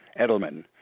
Edelman